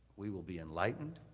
we will be enlightened,